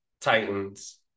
Titans